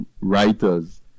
writers